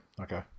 Okay